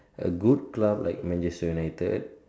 a good club like Manchester United